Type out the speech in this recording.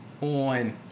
on